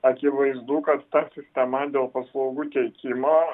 akivaizdu kad ta sistema dėl paslaugų teikimo